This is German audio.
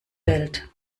welt